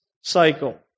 cycle